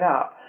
up